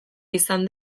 izan